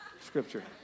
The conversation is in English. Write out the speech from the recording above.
scripture